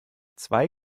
zwei